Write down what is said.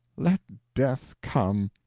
let death come,